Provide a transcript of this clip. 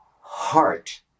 heart